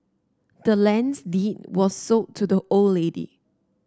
the land's deed was sold to the old lady